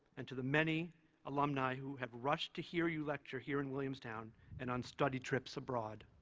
and to the many alumni who have rushed to hear you lecture here in williamstown and on study trips abroad.